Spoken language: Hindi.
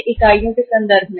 यह इकाइयों के संदर्भ में है